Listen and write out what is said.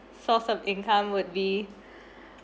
source of income would be